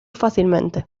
fácilmente